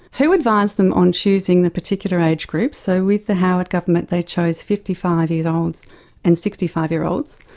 who advised them on choosing the particular age groups, so with the howard government they chose fifty five year olds and sixty five year olds?